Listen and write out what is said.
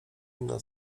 inną